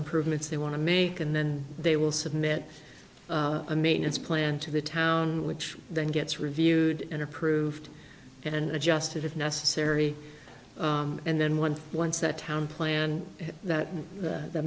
improvements they want to make and then they will submit a maintenance plan to the town which then gets reviewed and approved and adjusted if necessary and then once once that town plan that